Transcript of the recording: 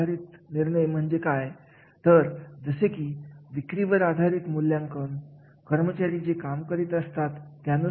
कार्याच्या मूल्यमापनाच्या प्रक्रियेविषयी बोलायचे म्हणजे कर्मचाऱ्यांकडून अशा कार्यासाठी स्विकृती घेणे